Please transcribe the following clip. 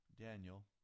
Daniel